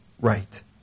right